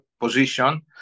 position